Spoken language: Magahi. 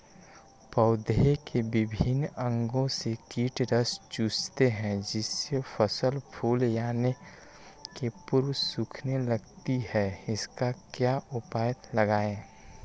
पौधे के विभिन्न अंगों से कीट रस चूसते हैं जिससे फसल फूल आने के पूर्व सूखने लगती है इसका क्या उपाय लगाएं?